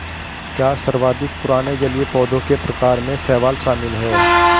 क्या सर्वाधिक पुराने जलीय पौधों के प्रकार में शैवाल शामिल है?